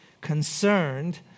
concerned